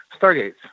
Stargates